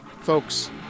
folks